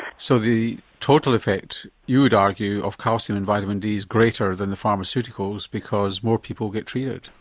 so the total effect you would argue of calcium and vitamin d is greater than the pharmaceuticals because more people get treated.